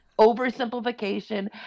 oversimplification